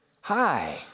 Hi